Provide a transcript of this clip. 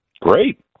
Great